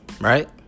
right